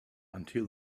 until